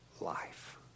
Life